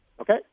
Okay